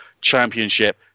championship